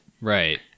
Right